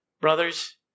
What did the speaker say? Brothers